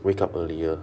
wake up earlier